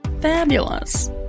Fabulous